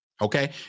Okay